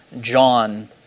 John